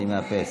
אני מאפס.